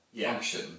function